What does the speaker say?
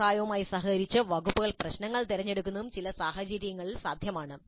വ്യവസായവുമായി സഹകരിച്ച് വകുപ്പ് പ്രശ്നങ്ങൾ തിരഞ്ഞെടുക്കുന്നതും ചില സാഹചര്യങ്ങളിൽ സാധ്യമാണ്